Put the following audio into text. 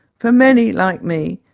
for many, like me,